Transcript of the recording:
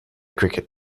cricket